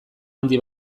handi